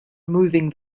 moving